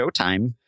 Showtime